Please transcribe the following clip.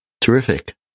Terrific